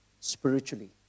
spiritually